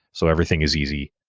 so everything is easy.